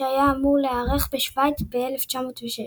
שהיה אמור להיערך בשווייץ ב-1906.